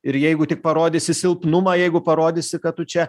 ir jeigu tik parodysi silpnumą jeigu parodysi kad tu čia